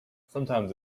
sometimes